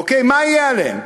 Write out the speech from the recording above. אוקיי, מה יהיה עליהם?